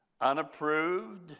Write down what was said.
unapproved